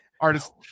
Artist